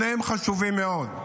שניהם חשובים מאוד: